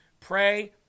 Pray